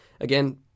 again